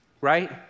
right